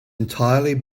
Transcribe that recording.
entirely